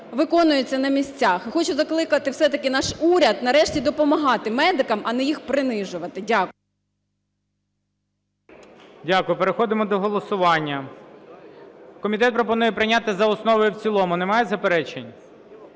виконуються на місцях. І хочу закликати все-таки наш уряд нарешті допомагати медикам, а не їх принижувати. Дякую. ГОЛОВУЮЧИЙ. Дякую. Переходимо до голосування. Комітет пропонує прийняти за основу і в цілому. Немає заперечень?